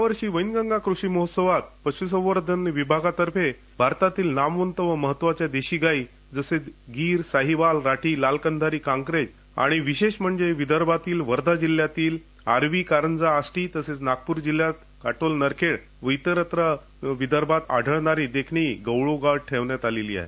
यावर्षी वैनगंगा कृषी महोत्सवात पश्सवर्धन विभागातर्फे भारतातील नामवत आणि महत्वाच्या देशी गाई जसे गीर सहीवाल राठी लाल कधारी कांक्रेज आणि विशेष म्हणजे विदर्भातील वर्धा जिल्ह्यातील आर्वी कारंजा आष्टी तसंच नागपूर जिल्ह्यात काटोल नरखेड आणि विरत्र विदर्भात आढळणारी गवळावू गाय ठेवण्यात आलेली आहे